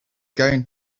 going